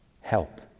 Help